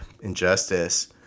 injustice